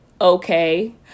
okay